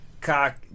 cock